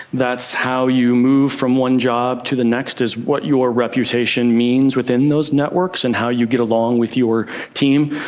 that's how you move from one job to the next is what your reputation means within those networks and how you get along with your team.